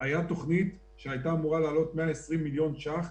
הייתה תוכנית שהייתה אמורה לעלות 120 מיליון שקלים,